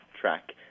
track